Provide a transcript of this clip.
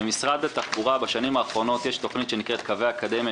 במשרד התחבורה בשנים האחרונות יש תוכנית שנקראת "קווי אקדמיה",